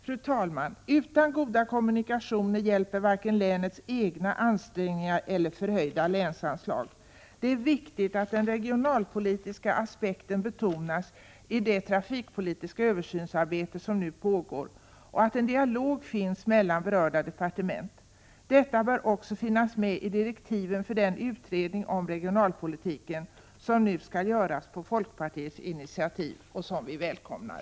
Fru talman! Utan goda kommunikationer hjälper varken länets egna ansträngningar eller förhöjda länsanslag. Det är viktigt att den regionalpoli 13 tiska aspekten betonas i det trafikpolitiska översynsarbete som nu pågår och att en dialog förs mellan berörda departement. Detta bör också finnas med i direktiven för den utredning om regionalpolitiken som nu skall göras på folkpartiets initiativ och som vi välkomnar.